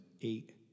eight